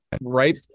right